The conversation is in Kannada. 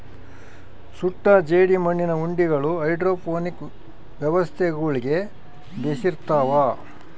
ಸುಟ್ಟ ಜೇಡಿಮಣ್ಣಿನ ಉಂಡಿಗಳು ಹೈಡ್ರೋಪೋನಿಕ್ ವ್ಯವಸ್ಥೆಗುಳ್ಗೆ ಬೆಶಿರ್ತವ